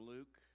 Luke